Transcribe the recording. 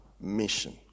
mission